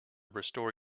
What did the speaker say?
restore